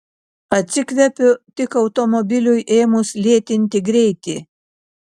atsikvepiu tik automobiliui ėmus lėtinti greitį